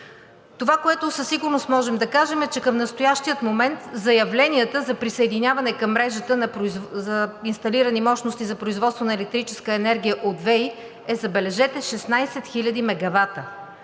Това, което със сигурност можем да кажем, е, че към настоящия момент заявленията за присъединяване към мрежата за инсталирани мощности за производство на електрическа енергия от ВЕИ е, забележете, 16 хиляди мегавата.